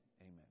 Amen